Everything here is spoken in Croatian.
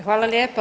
Hvala lijepa.